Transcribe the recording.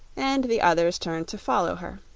and the others turned to follow her.